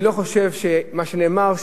אני לא חושב שמה שנאמר,